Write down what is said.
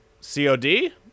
COD